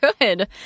good